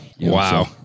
Wow